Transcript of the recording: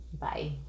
bye